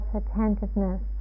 attentiveness